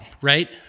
right